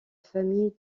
familles